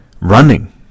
running